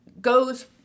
goes